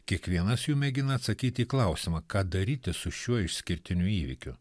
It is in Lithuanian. kiekvienas jų mėgina atsakyti į klausimą ką daryti su šiuo išskirtiniu įvykiu